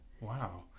Wow